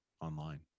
online